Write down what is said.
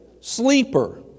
sleeper